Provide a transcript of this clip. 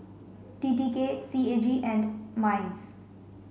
T T K C A G and MINDS